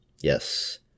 Yes